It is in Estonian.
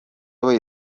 või